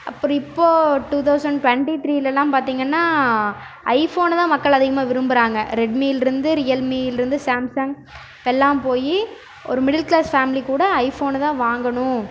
அப்புறம் இப்போது two thousand த்ரீலெலாம் பார்த்தீங்கன்னா ஐஃபோனை தான் மக்கள் அதிகமாக விரும்பறாங்க ரெட்மியிலிருந்து ரியல்மியிலிருந்து சாம்சங் எல்லாம் போய் ஒரு மிடில் கிளாஸ் ஃபேம்லிக்கூட ஐஃபோன் தான் வாங்கணும்